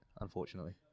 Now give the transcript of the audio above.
Unfortunately